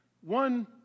one